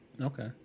Okay